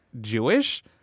Jewish